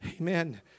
amen